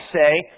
say